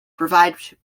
provide